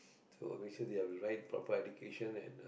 so basically with the right proper education and uh